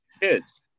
kids